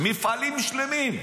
-- מפעלים שלמים.